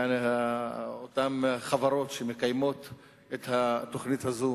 ואותן החברות שמקיימות את התוכנית הזאת